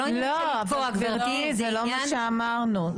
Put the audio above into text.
זה לא מה שאמרנו.